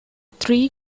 three